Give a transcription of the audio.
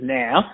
now